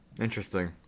Interesting